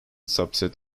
subset